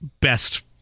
best